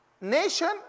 nation